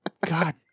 God